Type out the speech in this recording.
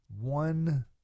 one